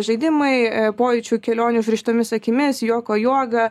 žaidimai pojūčių kelionių užrištomis akimis juoko joga